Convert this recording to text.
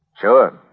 Sure